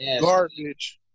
garbage